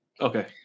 okay